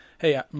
hey